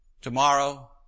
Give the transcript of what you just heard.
tomorrow